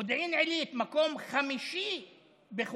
מודיעין עילית, מקום חמישי בחולים,